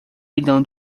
milhão